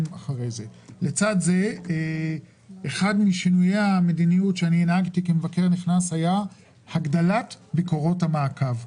אחד משינויי המדיניות שאני הנהגתי כמבקר נכנס היה הגדלת ביקורות המעקב,